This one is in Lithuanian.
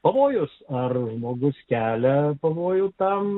pavojus ar žmogus kelia pavojų tam